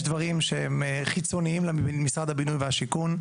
יש דברים שהם חיצוניים למשרד הבינוי והשיכון.